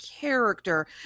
character